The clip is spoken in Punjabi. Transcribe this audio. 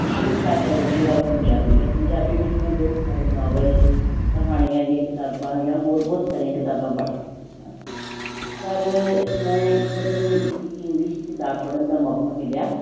ਮੂਲ ਭਾਸ਼ਾ ਜਿਹੜੀ ਹੈ ਉਹ ਪੰਜਾਬੀ ਹੈ ਪੰਜਾਬੀ ਵਿੱਚ ਮੈਂ ਬਹੁਤ ਸਾਰੇ ਨਾਵਲ ਕਹਾਣੀਆਂ ਦੀਆਂ ਕਿਤਾਬਾਂ ਜਾਂ ਹੋਰ ਬਹੁਤ ਸਾਰੀਆਂ ਕਿਤਾਬਾਂ ਪੜ੍ਹ ਚੁੱਕੀ ਹਾਂ ਪਰ ਮੈਂ ਇੱਕ ਵਾਰੀ ਮੈਨੂੰ ਹਿੰਦੀ ਇੱਕ ਇੰਗਲਿਸ਼ ਦੀ ਕਿਤਾਬ ਪੜ੍ਹਨ ਦਾ ਮੌਕਾ ਮਿਲਿਆ